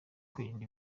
kwirinda